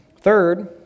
third